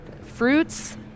fruits